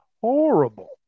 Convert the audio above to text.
horrible